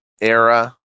era